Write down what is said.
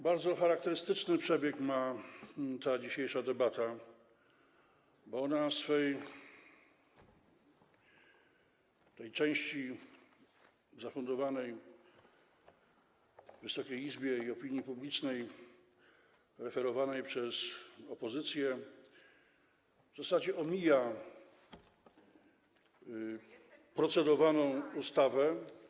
Bardzo charakterystyczny przebieg ma ta dzisiejsza debata, bo ona w tej części zafundowanej Wysokiej Izbie i opinii publicznej, referowanej przez opozycję w zasadzie omija procedowaną ustawę.